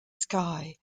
sky